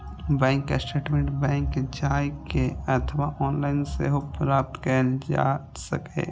bank statement bank जाए के अथवा ऑनलाइन सेहो प्राप्त कैल जा सकैए